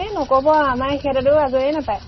এই নক'ব আৰু আমাৰ এখেতেতো আজৰিয়েই নাপায়